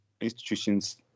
institutions